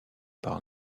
par